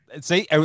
see